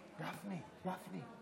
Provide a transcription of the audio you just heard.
הרב גפני,